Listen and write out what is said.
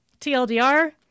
TLDR